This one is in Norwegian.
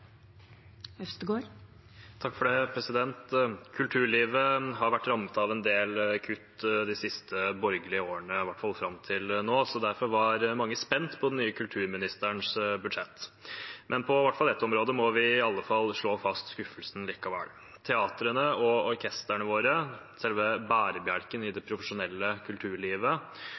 Kulturlivet har vært rammet av en del kutt de siste borgerlige årene, i hvert fall fram til nå, så derfor var mange spent på den nye kulturministerens budsjett. Men på i hvert fall ett område må vi likevel slå fast skuffelsen. Teatrene og orkestrene våre, selve bærebjelken i det profesjonelle kulturlivet,